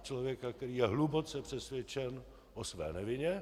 Člověka, který je hluboce přesvědčen o své nevině.